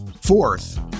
fourth